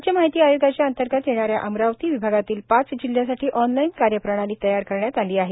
राज्य माहिती आयोगाच्या अंतर्गत येणाऱ्या अमरावती विभागातील पाच जिल्ह्यासाठी ऑनलाईन कार्यप्रणाली तयार करण्यात आली आहे